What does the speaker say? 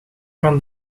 van